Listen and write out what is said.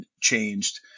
changed